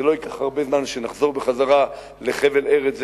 זה לא ייקח הרבה זמן עד שנחזור בחזרה לחבל-ארץ זה,